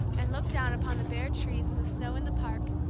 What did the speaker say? and looked down upon the bare trees and the snow in the park,